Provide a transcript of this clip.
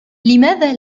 لماذا